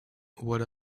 what